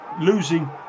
losing